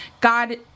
God